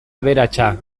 aberatsa